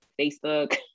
Facebook